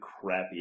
crappy